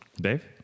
Dave